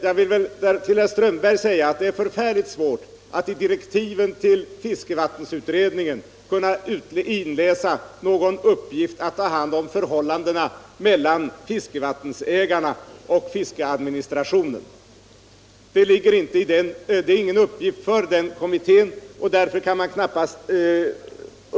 Jag vill därefter till herr Strömberg i Vretstorp säga att det är förfärligt svårt att i direktiven till fiskevattensutredningen inläsa någon uppgift för utredningen att undersöka förhållandena mellan fiskevattensägarna och fiskeadministrationen. Den kommittén har inte fått till uppgift att ta hand om den frågan.